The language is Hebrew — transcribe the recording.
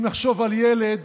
אם נחשוב על ילד,